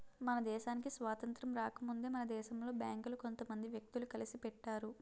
మన దేశానికి స్వాతంత్రం రాకముందే మన దేశంలో బేంకులు కొంత మంది వ్యక్తులు కలిసి పెట్టారు